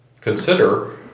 Consider